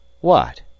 What